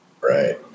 Right